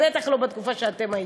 בטח לא בתקופה שאתם הייתם.